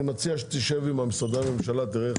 אני מציע שתשב עם משרדי הממשלה ותראה איך